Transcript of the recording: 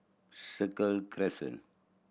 Cycle Crescent